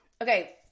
okay